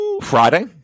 Friday